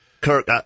Kirk